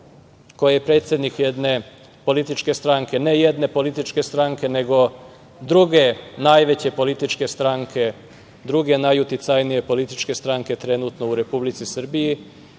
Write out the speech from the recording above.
koja je predsednik jedne političke stranke, ne jedne, nego druge najveće političke stranke, druge najuticajnije političke stranke trenutno u Republici Srbiji